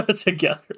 Together